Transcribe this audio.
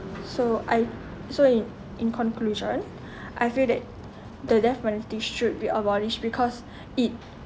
so I so in in conclusion I feel that the death penalty should be abolished because it